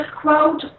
quote